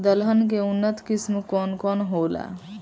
दलहन के उन्नत किस्म कौन कौनहोला?